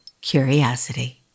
curiosity